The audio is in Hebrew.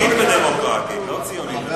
יהודית ודמוקרטית, לא ציונית ודמוקרטית.